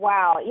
Wow